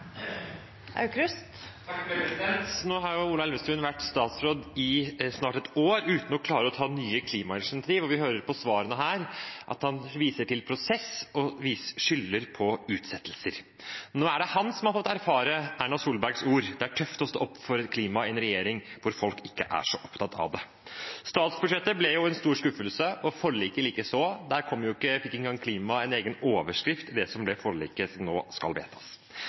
Nå har Ola Elvestuen vært statsråd i snart ett år uten å klare å ta nye klimainitiativ, og vi hører på svarene her at han viser til prosess og skylder på utsettelser. Nå er det han som har fått erfare Erna Solbergs ord om at det er tøft å stå opp for klima i en regjering hvor folk ikke er så opptatt av det. Statsbudsjettet ble en stor skuffelse og forliket likeså. Der fikk jo ikke klima engang en egen overskrift i det som ble forliket, som nå skal vedtas.